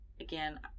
again